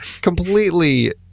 completely